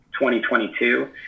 2022